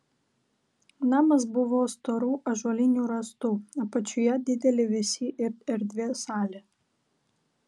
namas buvo storų ąžuolinių rąstų apačioje didelė vėsi ir erdvi salė